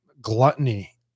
gluttony